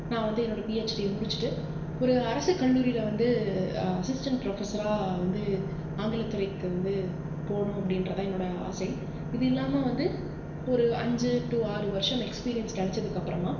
நான் வந்து என்னோட பிஹச்டியை முடிச்சிவிட்டு ஒரு அரசு கல்லூரியில வந்து அசிஸ்டண்ட் ப்ரொஃபஸராக வந்து ஆங்கிலத்துறைக்கு வந்து போகணும் அப்டிற தான் என்னோட ஆசை இது இல்லாமல் வந்து ஒரு அஞ்சு டூ ஆறு வருஷம் எக்ஸ்பீரியன்ஸ் கிடச்சதுக்கப்பறமா